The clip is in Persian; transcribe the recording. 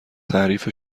تعریف